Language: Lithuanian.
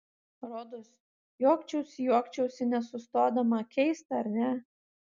rodos juokčiausi juokčiausi nesustodama keista ar ne